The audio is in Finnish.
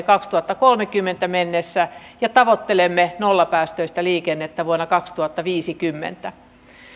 kaksituhattakolmekymmentä mennessä ja tavoittelemme nollapäästöistä liikennettä vuonna kaksituhattaviisikymmentä